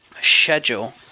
schedule